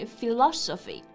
Philosophy